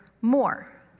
more